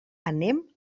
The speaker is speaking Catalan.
anem